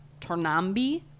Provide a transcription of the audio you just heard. Tornambi